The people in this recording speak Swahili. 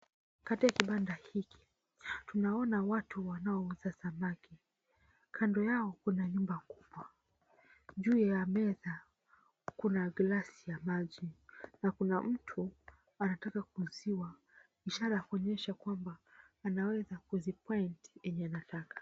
Katika kibanda hiki tunaona watu wanaouza samaki, kando yao kuna nyumba kubwa. Juu ya meza kuna glasi ya maji na kuna mtu anataka kuuziwa ishara ya kuonyesha kwamba anaweza kuzipoint zenye anataka.